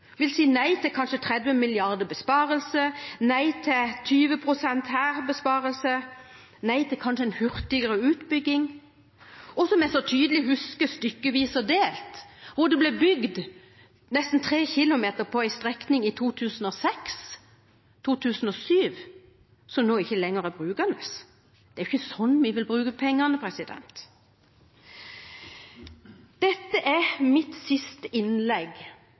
vil reversere reformene våre – si nei til kanskje 30 mrd. kr i besparelse her, nei til 20 pst. besparelse der, nei til en kanskje hurtigere utbygging – og som, som jeg tydelig husker, bygger så stykkevis og delt at det i 2006– 2007 ble bygd nesten 3 kilometer av en strekning som nå ikke lenger er brukende. Det er ikke slik vi vil bruke pengene. Dette er mitt siste innlegg